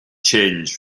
change